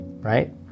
right